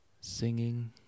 singing